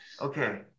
Okay